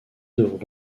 devront